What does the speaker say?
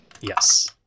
Yes